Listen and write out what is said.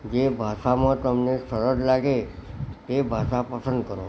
જે ભાષામાં તમને સરળ લાગે તે ભાષા પસંદ કરો